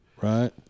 right